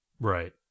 Right